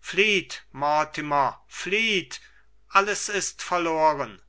flieht mortimer flieht alles ist verloren